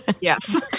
Yes